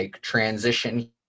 transition